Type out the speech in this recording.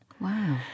Wow